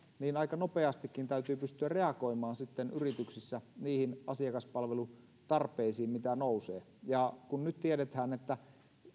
niin että aika nopeastikin täytyy pystyä reagoimaan sitten yrityksissä niihin asiakaspalvelutarpeisiin mitä nousee ja kun nyt tiedetään että